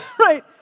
Right